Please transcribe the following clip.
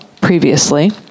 previously